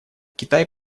китай